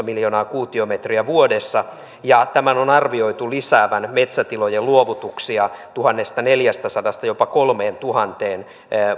miljoonaa kuutiometriä vuodessa ja tämän on arvioitu lisäävän metsätilojen luovutuksia tuhannestaneljästäsadasta jopa kolmeentuhanteen